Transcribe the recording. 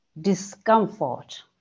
discomfort